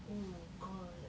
oh my god okay